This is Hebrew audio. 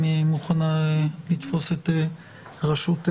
אם היא מוכנה לתפוס את רשות הדיון?